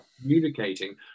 communicating